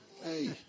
Hey